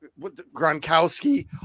Gronkowski